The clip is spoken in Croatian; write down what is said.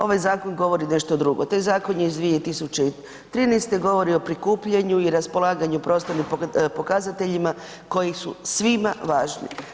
Ovaj zakon govori nešto drugo, taj zakon je iz 2013. govori o prikupljanju i raspolaganju i prostornim pokazateljima koji su svima važni.